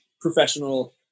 professional